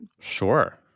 Sure